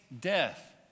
death